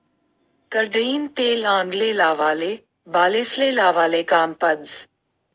करडईनं तेल आंगले लावाले, बालेस्ले लावाले काम पडस